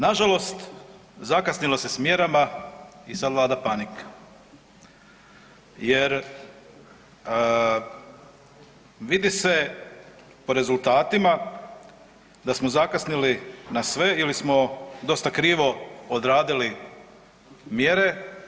Na žalost zakasnilo se s mjerama i sada vlada panika, jer vidi se po rezultatima da smo zakasnili na sve ili smo dosta krivo odradili mjere.